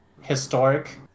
historic